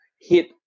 hit